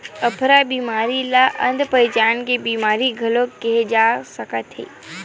अफरा बेमारी ल अधपचन के बेमारी घलो केहे जा सकत हे